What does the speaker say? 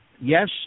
yes